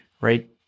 right